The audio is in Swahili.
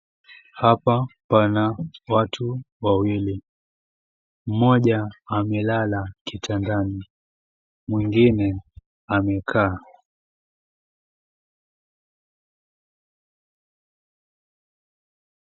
Hapa pana watu wawili, mmoja amelala kitandani, mwingine amekaa.